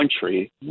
country